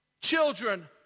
Children